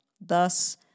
Thus